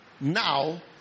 Now